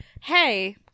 hey